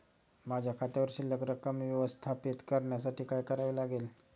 माझ्या खात्यावर शिल्लक रक्कम व्यवस्थापित करण्यासाठी काय करावे लागेल?